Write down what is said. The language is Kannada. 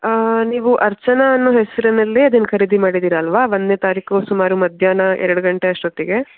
ನೀವು ಅರ್ಚನಾ ಅನ್ನೋ ಹೆಸರಿನಲ್ಲಿ ಅದನ್ನು ಖರೀದಿ ಮಾಡಿದ್ದೀರ ಅಲ್ವಾ ಒಂದನೇ ತಾರೀಕು ಸುಮಾರು ಮಧ್ಯಾಹ್ನ ಎರಡು ಗಂಟೆ ಅಷ್ಟೊತ್ತಿಗೆ